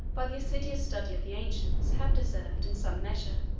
by the assiduous study of the ancients, have deserved, in some measure,